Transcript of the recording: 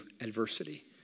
adversity